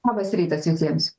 labas rytas visiems